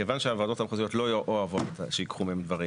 כיוון שהוועדות המחוזיות לא אוהבות שלוקחים מהן דברים,